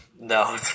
No